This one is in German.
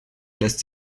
lässt